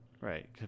Right